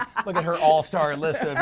um look at her all-star list of,